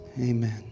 amen